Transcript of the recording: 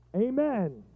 Amen